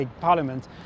Parliament